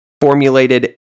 formulated